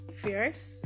fierce